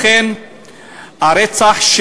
לכן הרצח,